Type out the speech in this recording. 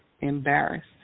embarrassed